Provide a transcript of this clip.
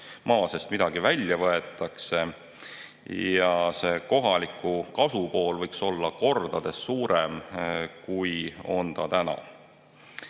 maa sest midagi välja võetakse. Ja see kohaliku kasu pool võiks olla kordades suurem, kui ta on